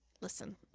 listen